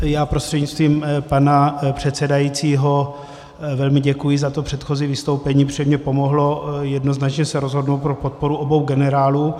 Já prostřednictvím pana předsedajícího velmi děkuji za předchozí vystoupení, protože mi pomohlo jednoznačně se rozhodnout pro podporu obou generálů.